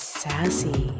sassy